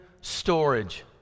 storage